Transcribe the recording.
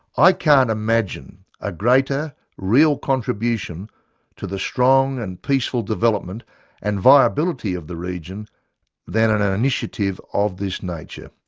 i can't imagine a greater, real contribution to the strong and peaceful development and viability of the region than an ah initiative of this nature.